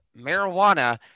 marijuana